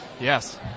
Yes